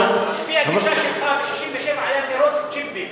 אבל, לפי הגישה שלך, ב-1967 היה מירוץ ג'יפים.